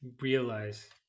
realize